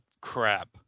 crap